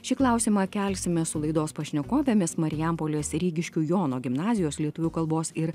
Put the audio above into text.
šį klausimą kelsime su laidos pašnekovėmis marijampolės rygiškių jono gimnazijos lietuvių kalbos ir